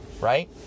Right